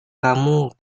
kamu